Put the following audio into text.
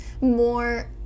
more